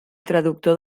traductor